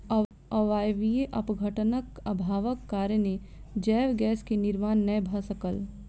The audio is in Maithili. अवायवीय अपघटनक अभावक कारणेँ जैव गैस के निर्माण नै भअ सकल